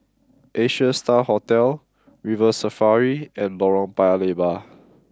Asia Star Hotel River Safari and Lorong Paya Lebar